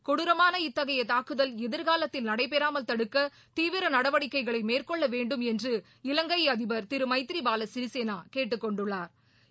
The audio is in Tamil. கொடுரமான இத்தகைய தாக்குதல் எதிர்காலத்தில் நடைபெறாமல் தடுக்க தீவிர நடவடிக்கைகளை மேற்கொள்ள வேண்டும் என்று இலங்கை அதிபா் திரு மைத்ரிபால சிறிசேனா கேட்டுக் கொண்டுள்ளாா்